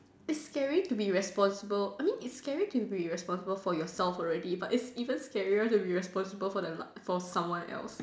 it's scary to be responsible I mean it's scary to be responsible for your self already but it's even scarier to be responsible for someone else